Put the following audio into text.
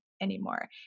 anymore